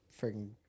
freaking